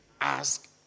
ask